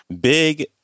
big